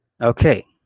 Okay